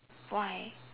why